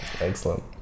excellent